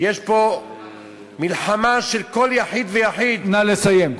יש פה מלחמה של כל יחיד ויחיד, נא לסיים.